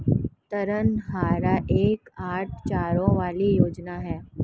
ऋण आहार एक आठ चरणों वाली योजना है